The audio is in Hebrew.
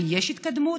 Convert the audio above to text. ויש התקדמות.